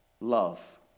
love